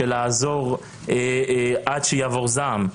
לעזור עד שיעבור זעם.